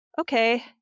okay